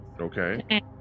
okay